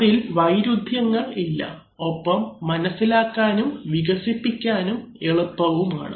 അതിൽ വൈരുധ്യങ്ങൾ ഇല്ല ഒപ്പം മനസ്സിലാക്കാനും വികസിപ്പിക്കാനും എളുപ്പവുമാണ്